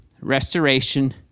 restoration